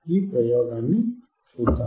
ఈ ప్రయోగాన్ని చూద్దాం